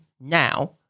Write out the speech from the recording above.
now